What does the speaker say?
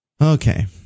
Okay